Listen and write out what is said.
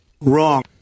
Wrong